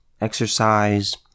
exercise